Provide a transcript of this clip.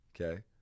okay